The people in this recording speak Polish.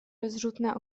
rozrzutne